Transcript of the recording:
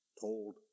Told